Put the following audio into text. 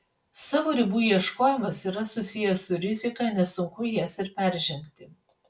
savo ribų ieškojimas yra susijęs su rizika nesunku jas ir peržengti